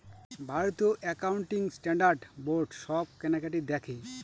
ভারতীয় accounting standard board সব কেনাকাটি দেখে